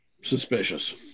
suspicious